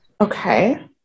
Okay